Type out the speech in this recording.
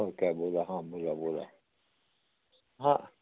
हो काय बोला हां बोला बोला हां